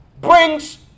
brings